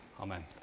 Amen